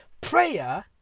Prayer